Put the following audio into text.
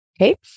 Okay